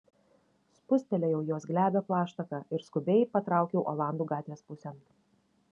spustelėjau jos glebią plaštaką ir skubiai patraukiau olandų gatvės pusėn